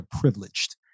privileged